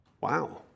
Wow